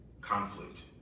conflict